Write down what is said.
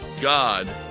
God